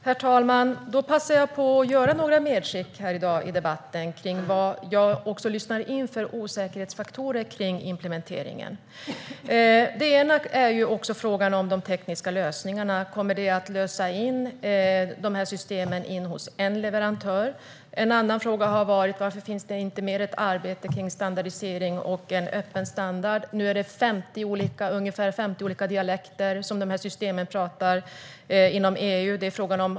Herr talman! Då passar jag på att göra några medskick i debatten när det gäller vad jag upplever att det finns för osäkerhetsfaktorer rörande implementeringen. Ett medskick handlar om frågan om de tekniska lösningarna. Kommer de här systemen att lösas in hos en leverantör? En annan fråga har varit varför det inte finns mer av ett arbete kring standardisering och en öppen standard. Nu är det ungefär 50 olika dialekter som de här systemen pratar inom EU.